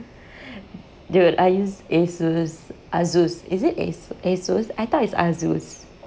dude I use asus asus is it as~ asus i thought it's asus